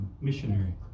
missionary